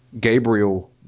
Gabriel